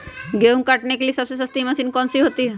गेंहू काटने के लिए सबसे सस्ती मशीन कौन सी होती है?